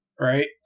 Right